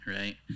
right